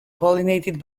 pollinated